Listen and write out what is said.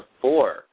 four